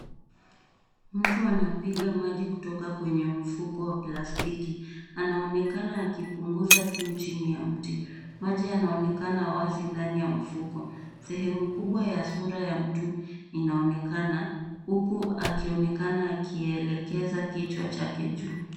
Mtu anapiga maji kutoka kwenye mfuko wa plastiki. Anaonekana akipunguza kiu chini ya mti. Maji yanaonekana wazi ndani ya mfuko. Sehemu kubwa ya sura ya mtu inaonekana huku akionekana akielekeza kichwa chake juu.